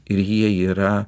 ir jie yra